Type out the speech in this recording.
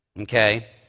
okay